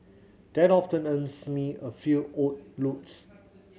that often earns me a few odd looks